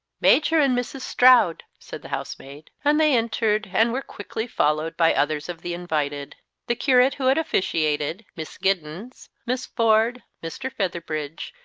major and mrs. stroud, said the housemaid. and they entered, and were quickly followed by others of the invited the curate who had officiated. miss giddens, miss ford, mr. featherbridge,